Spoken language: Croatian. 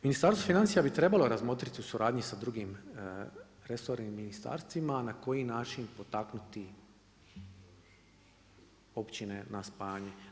Ministarstvo financija bi trebalo razmotriti u suradnji sa drugim resornim ministarstvima na koji način potaknuti općine na spajanje.